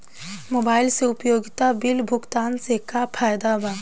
Mobile से उपयोगिता bill भुगतान से का फायदा बा?